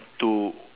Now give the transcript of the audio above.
to